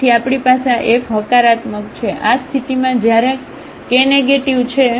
તેથી આપણી પાસે આ f હકારાત્મક છે આ સ્થિતિમાં જ્યારે કે નેગેટિવ છે